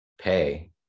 pay